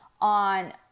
on